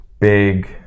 big